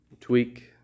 Tweak